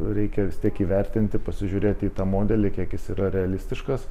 reikia vis tiek įvertinti pasižiūrėti į tą modelį kiek jis yra realistiškas